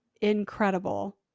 incredible